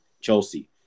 Chelsea